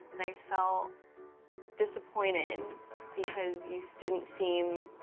and i felt disappointed because you just didn't seem